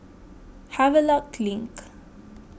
Havelock Link